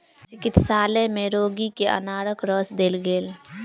चिकित्सालय में रोगी के अनारक रस देल गेल